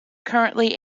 currently